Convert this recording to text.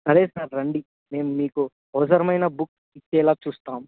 సరే సార్ రండి మేము మీకు అవసరమైన బుక్ ఇచ్చేలా చూస్తాము